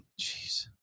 Jeez